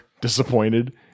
disappointed